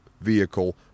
vehicle